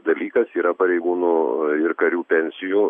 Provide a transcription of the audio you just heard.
dalykas yra pareigūnų ir karių pensijų